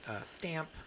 stamp